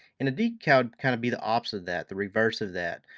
and a decal would kind of be the opposite of that, the reverse of that.